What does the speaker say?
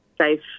safe